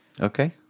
Okay